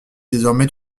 désormais